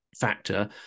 factor